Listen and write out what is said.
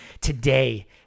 today